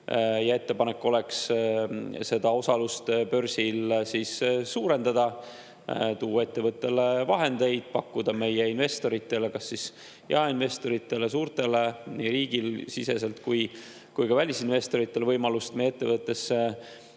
ja ettepanek on seda osalust börsil suurendada, et tuua ettevõttele vahendeid ja pakkuda meie investoritele – kas jaeinvestoritele, suurtele, nii riigisisestele kui ka välisinvestoritele – võimalus meie ettevõttesse